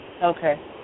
Okay